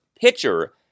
pitcher